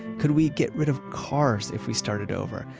could we get rid of cars if we started over?